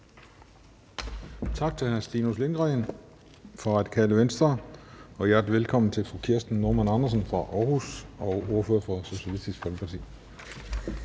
Tak til hr. Stinus Lindgreen fra Radikale Venstre. Og hjertelig velkommen til fru Kirsten Normann Andersen fra Aarhus som ordfører for Socialistisk Folkeparti.